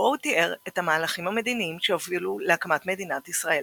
בו הוא תיאר את המהלכים המדיניים שהובילו להקמת מדינת ישראל.